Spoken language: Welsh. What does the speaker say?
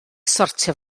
sortio